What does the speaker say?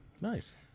Nice